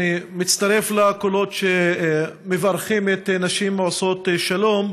אני מצטרף לקולות שמברכים את נשים עושות שלום.